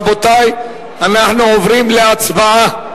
רבותי, אנחנו עוברים להצבעה.